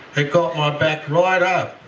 it got my back right up.